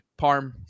Parm